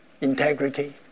integrity